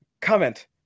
Comment